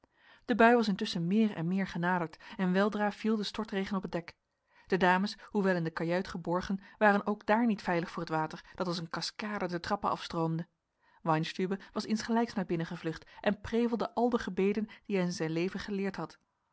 de bui was intusschen meer en meer genaderd en weldra viel de stortregen op het dek de dames hoewel in de kajuit geborgen waren ook daar niet veilig voor het water dat als een cascade de trappen afstroomde weinstübe was insgelijks naar binnen gevlucht en prevelde al de gebeden die hij in zijn leven geleerd had